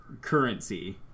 currency